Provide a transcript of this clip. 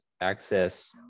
access